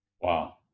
Wow